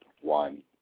One